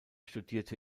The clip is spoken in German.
studierte